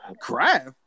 Craft